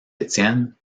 étienne